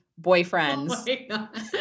Boyfriends